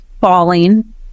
falling